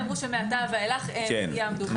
אמרו שמעתה ואילך הם יעמדו.